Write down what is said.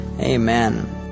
Amen